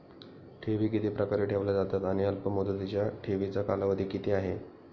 ठेवी किती प्रकारे ठेवल्या जातात आणि अल्पमुदतीच्या ठेवीचा कालावधी किती आहे?